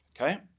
Okay